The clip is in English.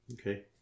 Okay